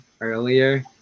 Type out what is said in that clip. earlier